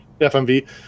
fmv